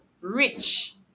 rich